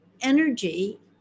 energy